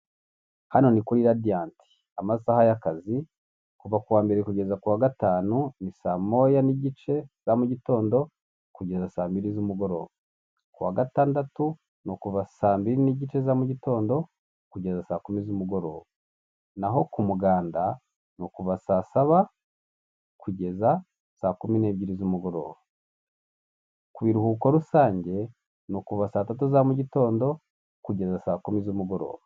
Hano ni kuri radiyanti (Radiant) amasaha y'akazi kuva kuwa mbere kugeza ku wa gatanu ni saa moya n'igice za mu gitondo kugeza saa mbiri z'umugoroba .Ku wa gatandatu ni kuva saa mbiri n'igice za mugitondo kugeza saa kumi z'umugoroba. Naho ku muganda ni kuva saa saba kugeza saa kumi n'ebyiri z'umugoroba .Ku biruhuko rusange nuko kuva saa tatu za mugitondo kugeza saa kumi z'umugoroba.